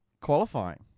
qualifying